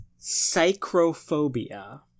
psychrophobia